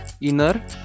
Inner